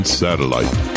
satellite